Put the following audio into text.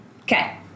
Okay